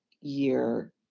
year